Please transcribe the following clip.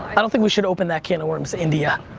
i don't think we should open that can of worms, india.